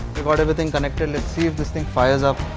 we've got everything connected. let's see if this thing fires up!